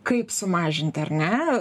kaip sumažinti ar ne